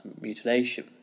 mutilation